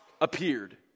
appeared